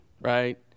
right